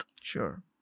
Sure